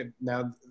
now